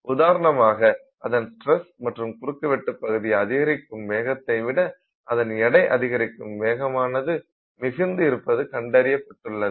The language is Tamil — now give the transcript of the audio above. உதாரணமாக அதன் ஸ்ட்ரெஸ் மற்றும் குறுக்குவெட்டு பகுதி அதிகரிக்கும் வேகத்தைவிட அதன் எடை அதிகரிக்கும் வேகமானது மிகுந்து இருப்பது கண்டறியப்பட்டுள்ளது